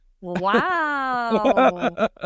Wow